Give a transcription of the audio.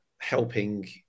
helping